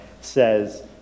says